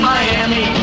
Miami